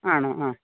ആണോ ആ